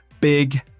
Big